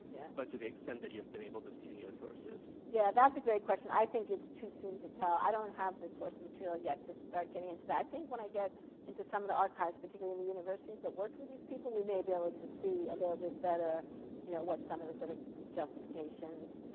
yeah but to the extent that you have been able to see in your sources? yeah, that's a great question. i think it's too soon to tell. i don't have the source material yet to start getting into that. i think when i get into some of the archives, particularly the universities that worked with these people, we may be able to see a little bit better you know what some of the sort of justifications,